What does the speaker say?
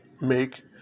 make